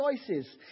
choices